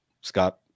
Scott